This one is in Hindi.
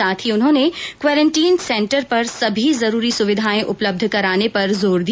साथ ही उन्होंने क्वारेंटीन सेंटर पर सभी जरूरी सुविधाएं उपलब्ध कराने पर जोर दिया